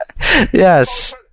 Yes